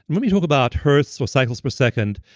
and when we talk about hertz or cycles per second,